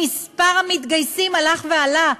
מספר המתגייסים הלך ועלה.